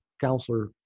counselor